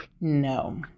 no